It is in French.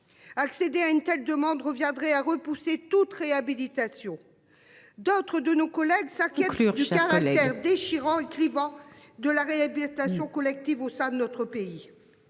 Accéder à une telle demande reviendrait à repousser toute réhabilitation. D'autres de nos collègues ça qui assure jusqu'à l'air déchirant écrivant de la réhabilitation collective au sein de notre pays.